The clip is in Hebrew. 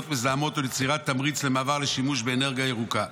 מזהמות ויצירת תמריץ למעבר לשימוש באנרגיה ירוקה.